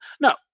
no